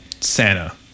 santa